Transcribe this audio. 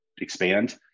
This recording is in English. expand